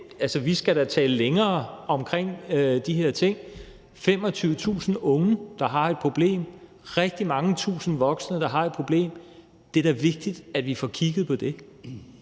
da skal tale mere omkring de her ting. Der er 25.000 unge, der har et problem, og rigtig mange tusinde voksne, der har et problem. Det er da vigtigt, at vi får kigget på det.